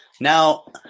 Now